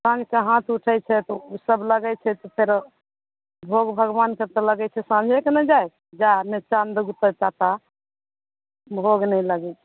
साँझके हाथ उठै छै तऽ ओ ओ सभ लगै छै तऽ फेरो भोग भगबानके तऽ लगै छै साँझेके ने जा नहि चाँद उगतै ता भोग नहि लगै छै